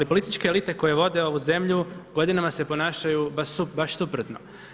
Ali političke elite koje vode ovu zemlju godinama se ponašaju baš suprotno.